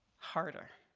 harder.